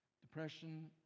Depression